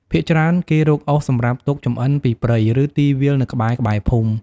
ភាគច្រើន គេរកអុសសម្រាប់ទុកចម្អិនពីព្រៃ ឬ ទីវាលនៅក្បែរៗភូមិ។